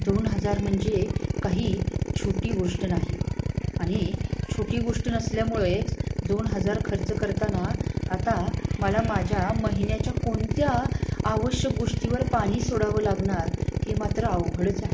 दोन हजार म्हणजे काही छोटी गोष्ट नाही आणि छोटी गोष्ट नसल्यामुळेच दोन हजार खर्च करताना आता मला माझ्या महिन्याच्या कोणत्या आवश्यक गोष्टीवर पाणी सोडावं लागणार हे मात्र अवघडच आहे